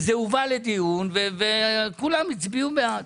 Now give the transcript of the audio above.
זה הובא לדיון וכולם הצביעו פה אחד.